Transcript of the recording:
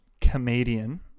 comedian